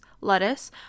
lettuce